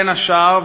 בין השאר,